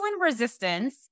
resistance